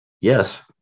Yes